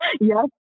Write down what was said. Yes